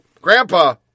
Grandpa